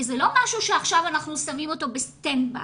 זה לא משהו שעכשיו אנחנו שמים אותו בסטנד ביי.